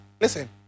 Listen